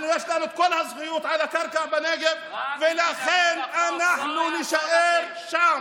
יש לנו את כל הזכויות על הקרקע בנגב ולכן אנחנו נישאר שם.